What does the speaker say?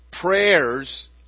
prayers